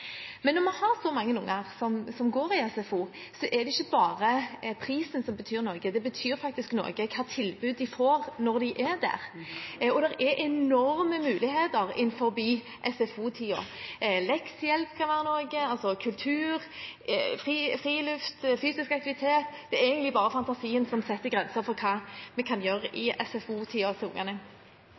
Men når det er så mange unger som går i SFO, er det ikke bare prisen som betyr noe; det betyr faktisk noe hvilket tilbud de får når de er der. Og det er enorme muligheter innenfor SFO-tiden: leksehjelp kan være noe, kulturtilbud, friluftstilbud, fysisk aktivitet – det er egentlig bare fantasien som setter grenser for hva ungene kan gjøre i SFO-tiden. Så er det nok slik at det er stor variasjon i hvordan folk opplever tilbudet på SFO